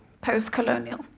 post-colonial